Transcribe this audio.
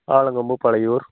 Alakombu Palaiyur